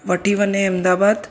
वठी वञे अहमदाबाद